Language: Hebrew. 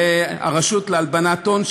לרשות להלבנת הון,